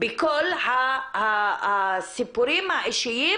בכל הסיפורים האישיים